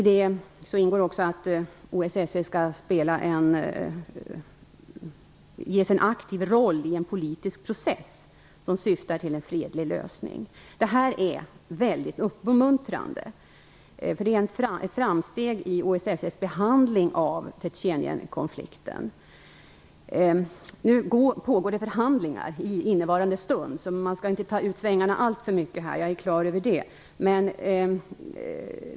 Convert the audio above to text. Däri ingår också att OSSE skall ges en aktiv roll i en politisk process som syftar till en fredlig lösning. Det här är mycket uppmuntrande. Det är ett framsteg i I innevarande stund pågår förhandlingar. Man skall inte ta ut svängarna alltför mycket. Jag är på det klara med det.